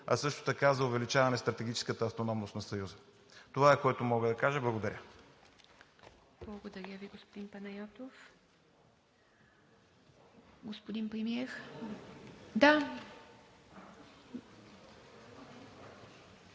а също така за увеличаване стратегическата автономност на Съюза. Това е, което мога да кажа. Благодаря.